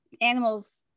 animals